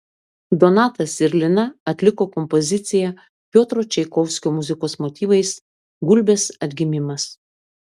donatas ir lina atliko kompoziciją piotro čaikovskio muzikos motyvais gulbės atgimimas